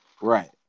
right